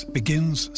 begins